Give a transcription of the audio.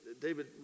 David